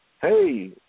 hey